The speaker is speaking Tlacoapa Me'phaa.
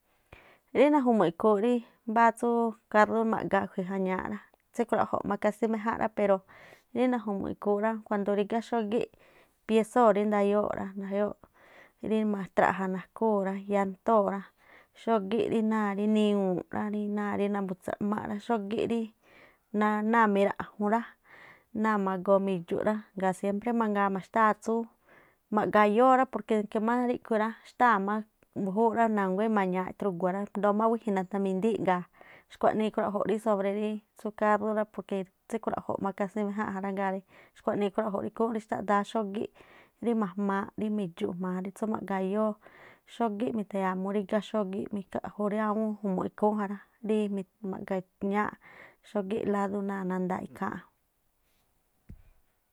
Rí najumu̱ꞌ ikhúú rí tsú mabáá kárú ma̱ꞌga a̱khui̱ jañáá rá, tsíkhrua̱ꞌjo̱ꞌ má kásí méjánꞌ rá pero ri naju̱mu̱ꞌ ikhúún rá kuando rígá xógíꞌ piesóo̱ rí ndayóo̱ꞌ rá, ndayóo̱ꞌ rí ma̱traꞌja̱ nakhúu̱ rá llántóo̱ rá, xógíꞌ rí náa̱ niŋu̱u̱ꞌ rá, rí náa̱ rí nambu̱tsraꞌmáꞌ rá, xógí rí náa̱ náa̱ miraꞌjun rá, náa̱ magoo mi̱dxu̱ rá, ngaa̱ siémpré mangaa maxtáa̱ tsú ma̱ꞌgayóó rá porque aske má ríꞌkhui̱ rá xtáa̱ má mbu̱júúꞌ rá na̱nguá ma̱ñaa thrugua rá, ndoo̱ má wíji̱ nathiamindii̱ꞌ ngaa̱ xkhua̱nii ikhruaꞌjo̱ꞌ rí sobre rí xú karú rá porque rí tsikhruaꞌjo̱ má kasí méjánꞌ ja rá. Ngaa̱ xkuaꞌnii ikhruaꞌjo̱ꞌ rí ikhúún rí xtaꞌdáá xógíꞌ rí ma̱jmaaꞌ rí mi̱dxu̱ jma̱a rí tsú ma̱ꞌgaayóó, xógíꞌ mi̱tha̱ya̱a mú rigá xógí mikhaꞌju rí awúún iju̱mu̱ꞌ ju̱mu̱ꞌ ikhúún ja rá, rí ma̱ꞌgañáa̱ꞌ xógíꞌ lású náa̱ nandaaꞌ ikháánꞌ.